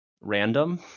random